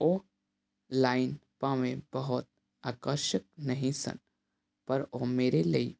ਉਹ ਲਾਈਨ ਭਾਵੇਂ ਬਹੁਤ ਆਕਰਸ਼ਕ ਨਹੀਂ ਸਾ ਪਰ ਉਹ ਮੇਰੇ ਲਈ